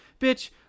bitch